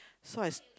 so I